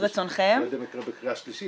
לשביעות רצונכם -- לא יודע מה יקרה בקריאה שלישית,